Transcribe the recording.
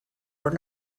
were